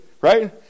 right